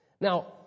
Now